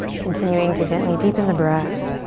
continuing to gently deepen the breath.